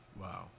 Wow